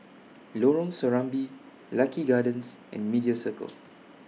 Lorong Serambi Lucky Gardens and Media Circle